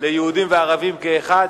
ליהודים וערבים כאחד,